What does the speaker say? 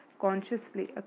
consciously